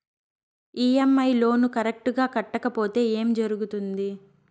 EMI loan correct గా కట్టకపోతే ఏం జరుగుతుంది